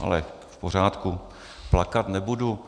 Ale v pořádku, plakat nebudu.